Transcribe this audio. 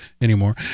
anymore